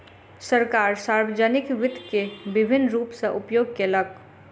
सरकार, सार्वजानिक वित्त के विभिन्न रूप सॅ उपयोग केलक